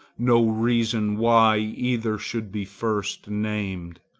no reason why either should be first named.